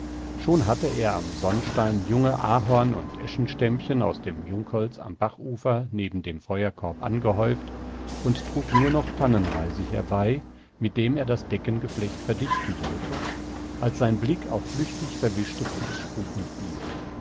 schon hatte er am sonnstein junge ahorn und eschenstämmchen aus dem jungholz am bachufer neben dem feuerkorb angehäuft und trug nur noch tannenreisig herbei mit dem er das deckengeflecht verdichten wollte als sein blick auf flüchtig verwischte fuchsspuren fiel